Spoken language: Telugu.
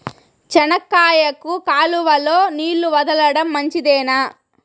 చెనక్కాయకు కాలువలో నీళ్లు వదలడం మంచిదేనా?